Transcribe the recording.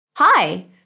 Hi